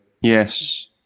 Yes